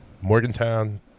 Morgantown